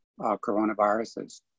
coronaviruses